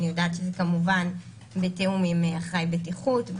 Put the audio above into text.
כמובן זה בתיאום עם אחראי בטיחות,